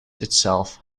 itself